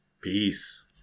peace